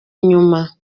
inyuma